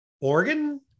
Oregon